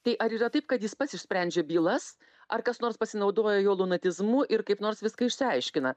tai ar yra taip kad jis pats išsprendžia bylas ar kas nors pasinaudoja jo lunatizmu ir kaip nors viską išsiaiškina